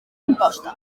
imposta